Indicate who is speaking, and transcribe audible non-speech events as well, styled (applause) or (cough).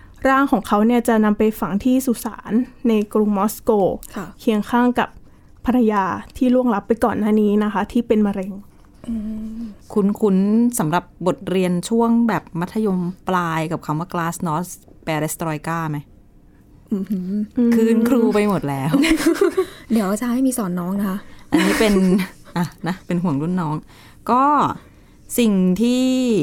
Speaker 1: ร่างของเขาเนี่ยจะนำไปฝังที่สุสานในกรุงมอสโก
Speaker 2: ค่ะ
Speaker 1: เคียงข้างกับภรรยาที่ล่วงลับไปก่อนหน้านี้นะคะที่เป็นมะเร็ง
Speaker 2: อืม
Speaker 3: คุ้นๆสำหรับบทเรียนช่วงแบบมัธยมปลายกับคำว่า Glasnost Perestroika ไหม?
Speaker 2: อื้อหือ
Speaker 3: (coughs) คืนครูไปหมดแล้ว
Speaker 2: (laughs) เดี๋ยวอาจารย์ไม่มีสอนน้องนะคะ
Speaker 3: อันนี้เป็น-
Speaker 2: (laughs)
Speaker 3: อ่ะนะ เป็นห่วงรุ่นน้อง ก็สิ่งที่